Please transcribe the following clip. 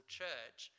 church